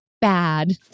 bad